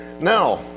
Now